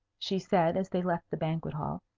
she said, as they left the banquet-hall,